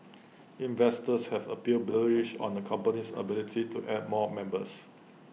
investors have appeared bullish on the company's ability to add more members